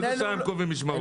באיזו שעה הם קובעים משמרות?